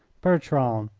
bertrand,